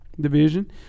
Division